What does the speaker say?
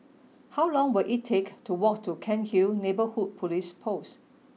how long will it take to walk to Cairnhill Neighbourhood Police Post